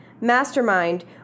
Mastermind